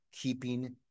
keeping